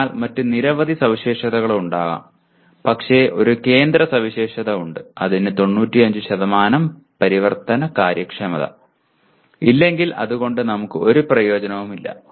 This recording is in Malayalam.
അതിനാൽ മറ്റ് നിരവധി സവിശേഷതകളുണ്ടാകാം പക്ഷേ ഒരു കേന്ദ്ര സവിശേഷത ഉണ്ട് അതിന് 95 പരിവർത്തന കാര്യക്ഷമത ഇല്ലെങ്കിൽ അത് കൊണ്ട് നമുക്ക് ഒരു പ്രയോജനവുമില്ല